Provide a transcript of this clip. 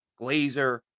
Glazer